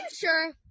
sure